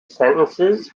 sentences